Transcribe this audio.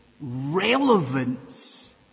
relevance